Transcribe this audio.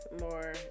more